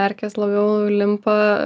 erkės labiau limpa